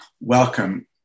welcome